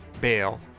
bail